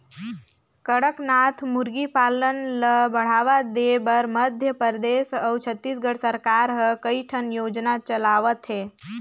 कड़कनाथ मुरगी पालन ल बढ़ावा देबर मध्य परदेस अउ छत्तीसगढ़ सरकार ह कइठन योजना चलावत हे